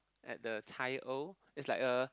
at the Tai O it's like a